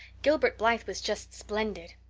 gilbert blythe was just splendid.